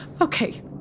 Okay